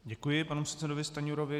Děkuji panu předsedovi Stanjurovi.